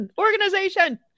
Organization